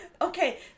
Okay